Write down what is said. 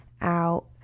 out